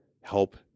help